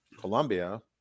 Colombia